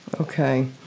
Okay